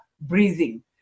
breathing